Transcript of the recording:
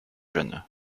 jeune